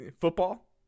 Football